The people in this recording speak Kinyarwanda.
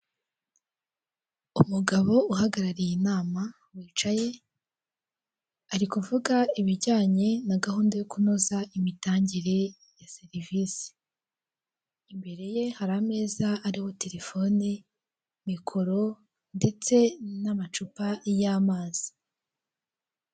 Umugabo uhagarariye inama wicaye, ari kuvuga ibijyanye na gahunda yo kunoza imitangire ya serivisi, imbere ye hari ameza ariho telefoni mikoro ndetse n'amacupa y'amazi.